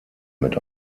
mit